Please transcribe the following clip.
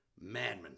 Madman